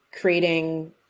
creating